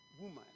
woman